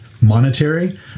monetary